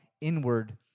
inward